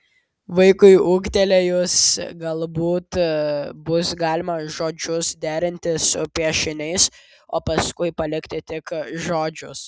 vaikui ūgtelėjus galbūt bus galima žodžius derinti su piešiniais o paskui palikti tik žodžius